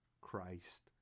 Christ